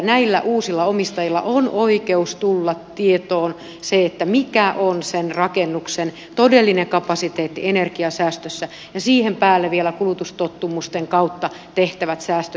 näillä uusilla omistajilla on oikeus saada tietoon se mikä on sen rakennuksen todellinen kapasiteetti energiansäästössä ja siihen päälle vielä kulutustottumusten kautta tehtävät säästöt